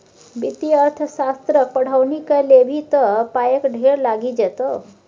वित्तीय अर्थशास्त्रक पढ़ौनी कए लेभी त पायक ढेर लागि जेतौ